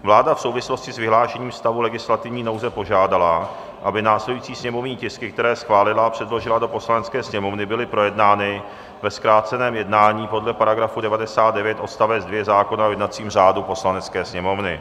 Vláda v souvislosti vyhlášením stavu legislativní nouze požádala, aby následující sněmovní tisky, které schválila a předložila do Poslanecké sněmovny, byly projednány ve zkráceném jednání podle § 99 odst. 2 zákona o jednacím řádu Poslanecké sněmovny.